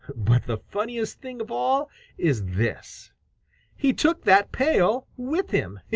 but the funniest thing of all is this he took that pail with him!